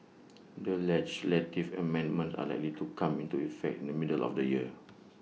the legislative amendments are likely to come into effect in the middle of the year